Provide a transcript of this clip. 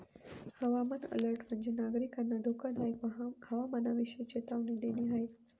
हवामान अलर्ट म्हणजे, नागरिकांना धोकादायक हवामानाविषयी चेतावणी देणे आहे